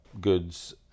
Goods